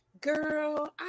girl